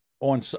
on